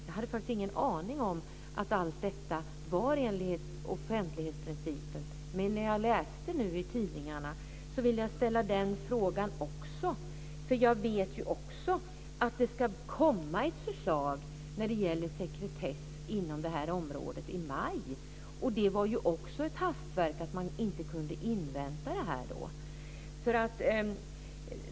Jag hade faktiskt ingen aning om att allt detta löd under offentlighetsprincipen, men eftersom jag läste om det i tidningarna vill jag ställa också den frågan. Jag vet att det ska komma ett förslag när det gäller sekretess inom detta område i maj. Det blev också ett hastverk eftersom man kunde inte invänta detta.